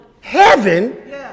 heaven